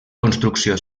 construcció